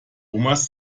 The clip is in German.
omas